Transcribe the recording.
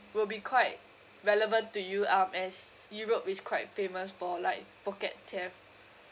will be quite relevant to you um as europe is quite famous for like pocket theft